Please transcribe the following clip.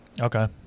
Okay